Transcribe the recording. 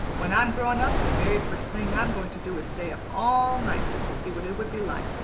when i'm grown up the very first thing i'm going to do is stay up all night just to see what it would be like,